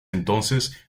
entonces